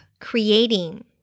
creating